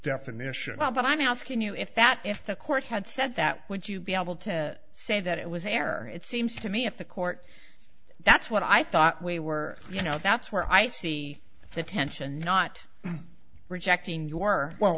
definition but i'm asking you if that if the court had said that would you be able to say that it was error it seems to me if the court that's what i thought we were you know that's where i see fifty tension not rejecting you